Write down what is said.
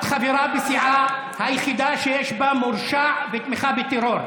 את חברה בסיעה היחידה שיש בה מורשע בתמיכה בטרור.